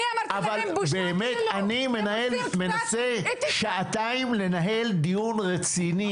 אני מנסה שעתיים לנהל דיון רציני,